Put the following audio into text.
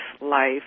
life